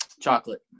chocolate